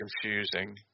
confusing